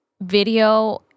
video